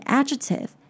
adjective